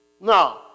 No